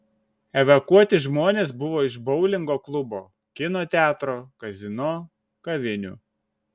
evakuoti žmonės buvo iš boulingo klubo kino teatro kazino kavinių